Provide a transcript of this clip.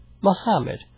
Muhammad